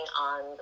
on